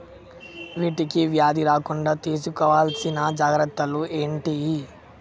వీటికి వ్యాధి రాకుండా తీసుకోవాల్సిన జాగ్రత్తలు ఏంటియి?